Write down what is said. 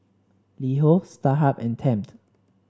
LiHo Starhub and Tempt